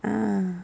ah